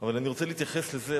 אני רוצה להתייחס לזה,